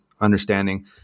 understanding